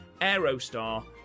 Aerostar